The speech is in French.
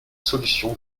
solution